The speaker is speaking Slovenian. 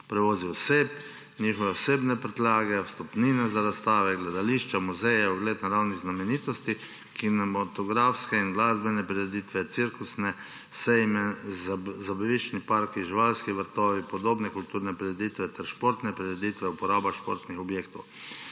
prevozi oseb, njihove osebne prtljage, vstopnine za razstave, gledališča, muzeje, ogled naravnih znamenitosti, kinematografske in glasbene prireditve, cirkusi, sejmi, zabaviščni parki, živalski vrtovi, podobne kulturne prireditve ter športne prireditve, uporaba športnih objektov.